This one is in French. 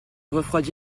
refroidit